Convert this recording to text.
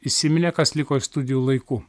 įsiminė kas liko iš studijų laikų